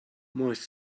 moist